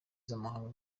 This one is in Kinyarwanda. z’amahanga